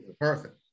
Perfect